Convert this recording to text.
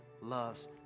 loves